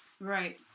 Right